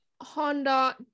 Honda